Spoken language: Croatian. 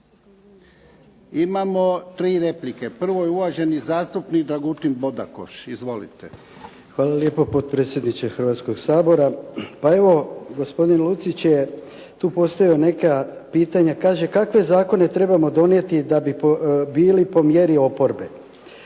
Imamo tri replike. Prvo je uvažani zastupnik Dragutin Bodakoš. Izvolite. **Bodakoš, Dragutin (SDP)** Hvala lijepo potpredsjedniče Hrvatskog sabora. Pa evo gospodin Lucić je tu postavljao neka pitanja, kaže kakve zakone trebamo donijeti da bi bili po mjeri oporbe?